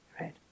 right